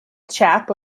chap